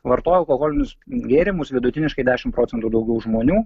vartoja alkoholinius gėrimus vidutiniškai dešimt procentų daugiau žmonių